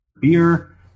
beer